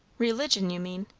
religion, you mean.